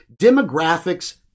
demographics